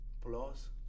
plus